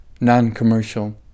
non-commercial